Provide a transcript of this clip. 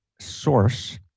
source